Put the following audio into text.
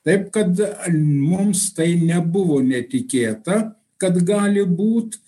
taip kad mums tai nebuvo netikėta kad gali būt